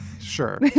Sure